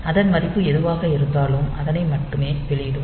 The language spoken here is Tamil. அதன் மதிப்பு எதுவாக இருந்தாலும் அதனை மட்டுமே வெளியிடும்